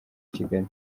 kigali